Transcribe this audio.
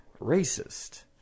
racist